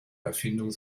erfindungen